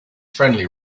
friendly